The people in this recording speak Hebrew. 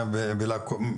לעקוב,